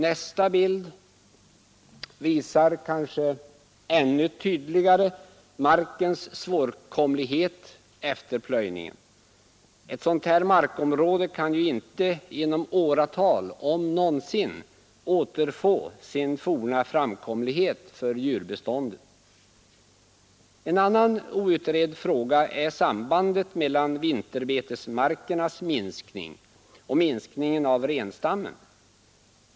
Nästa bild visar kanske ännu tydligare markens svåråtkomlighet efter plöjningen. Ett sådant här markområde kan inte på åratal, om någonsin, återfå sin forna framkomlighet för djurbeståndet. Nr 120 En annan outredd fråga är sambandet mellan vinterbetesmarkernas Tisdagen den minskning och minskningen av renstammen.